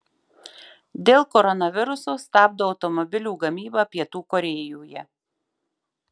dėl koronaviruso stabdo automobilių gamybą pietų korėjoje